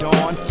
Dawn